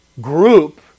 group